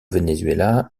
venezuela